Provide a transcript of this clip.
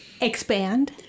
Expand